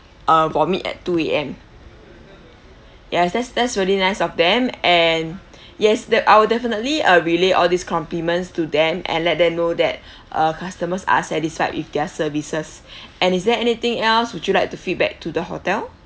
uh vomit at two A_M yes that's that's really nice of them and yes det~ I will definitely uh relay all these compliments to them and let them know that uh customers are satisfied with their services and is there anything else would you like to feedback to the hotel